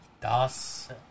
Das